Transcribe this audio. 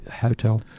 hotel